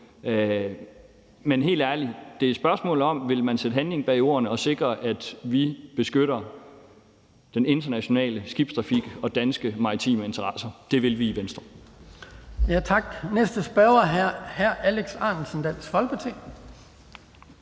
Men helt ærligt er det et spørgsmål om, om man vil sætte handling bag ordene og sikre, at vi beskytter den internationale skibstrafik og danske maritime interesser. Det vil vi i Venstre. Kl. 09:46 Den fg. formand (Hans Kristian